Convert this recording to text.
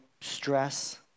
stress